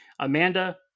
amanda